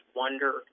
wonder